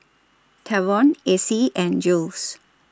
Tavon Acie and Jules